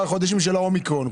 עכשיו בחודשים של האומיקרון.